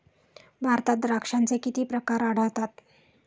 भारतात द्राक्षांचे किती प्रकार आढळतात?